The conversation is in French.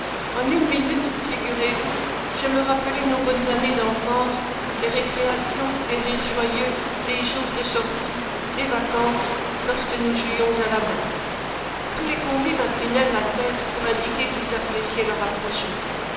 en une minute figurez-vous je me rappelai nos bonnes années d'enfance les récréations les rires joyeux les jours de sortie les vacances lorsque nous jouions à la balle tous les convives inclinèrent la tête pour indiquer qu'ils appréciaient le